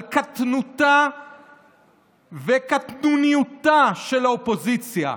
על קטנותה וקטנוניותה של האופוזיציה,